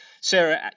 sarah